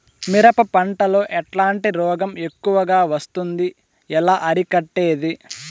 మిరప పంట లో ఎట్లాంటి రోగం ఎక్కువగా వస్తుంది? ఎలా అరికట్టేది?